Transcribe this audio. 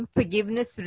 forgiveness